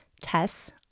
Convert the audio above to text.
Tess